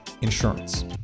insurance